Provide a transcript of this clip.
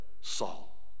Saul